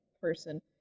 person